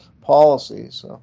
policies